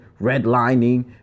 redlining